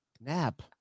nap